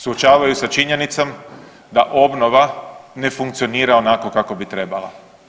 Suočavaju sa činjenicom da obnova ne funkcionira onako kako bi trebala.